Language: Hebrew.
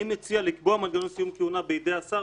אני מציע לקבוע מנגנון סיום כהונה בידי השר,